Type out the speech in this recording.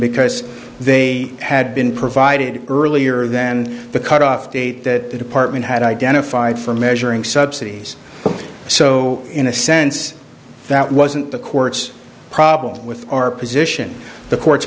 because they had been provided earlier than the cutoff date that department had identified for measuring subsidies so in a sense that wasn't the court's problem with our position the court